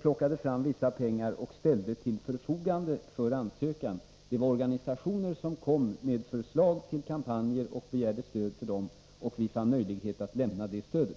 plockade fram vissa pengar och ställde dem till förfogande för ansökan. Det var organisationer som kom med förslag till kampanjer och begärde stöd för dessa, och vi fann då möjlighet att lämna det stödet.